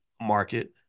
market